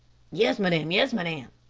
yes, madame, yes, madame,